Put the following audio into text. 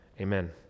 amen